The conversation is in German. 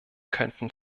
könnten